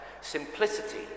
Simplicity